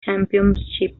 championship